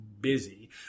busy